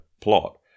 plot